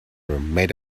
made